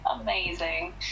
amazing